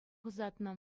ӑсатнӑ